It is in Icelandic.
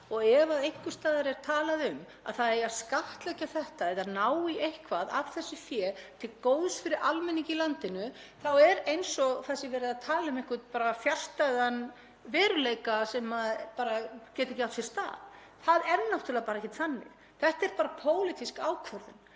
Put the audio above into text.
Og ef einhvers staðar er talað um að það eigi að skattleggja þetta eða ná í eitthvað af þessu fé til góðs fyrir almenning í landinu er eins og það sé verið að tala um einhvern fjarstæðan veruleika sem geti ekki átt sér stað. Það er náttúrlega bara ekkert þannig. Þetta er bara pólitísk ákvörðun.